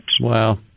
wow